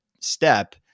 step